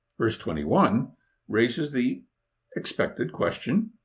verse twenty one raises the expected question,